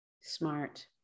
Smart